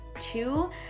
two